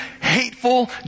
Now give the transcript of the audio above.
hateful